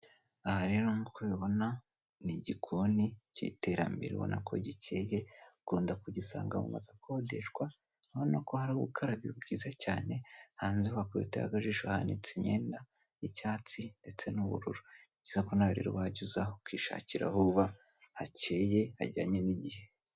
Aha rero nk'uko ubibona ni igikoni cy'iterambere ubona ko gicyeye, ukundanda kugisanga mu mazu akodeshwa. Urabona ko hari ubukarabiro bwiza cyane, hanze wakubitayo akajisho hanitse imyenda y'icyatsi ndetse n'ubururu. Ni byiza ko nawe rero wajya uza ukishakira aho uba hacyeye hajyanye n'igihe.